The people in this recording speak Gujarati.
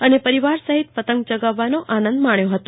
અને પરિવાર સહિત પતંગ ચગાવવાનો આનંદ માણ્યો હતો